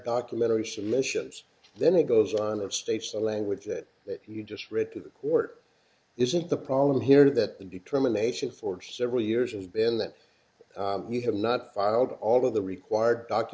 documentary submissions then it goes on of states the language that that you just read to the court isn't the problem here that the determination for several years is better that you have not filed all of the required d